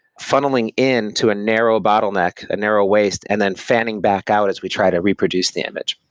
funneling in to a narrow bottleneck, a narrow waist and then fanning back out as we try to reproduce the image.